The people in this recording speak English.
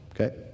okay